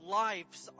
lives